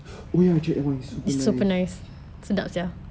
oh ya I tried that one is super nice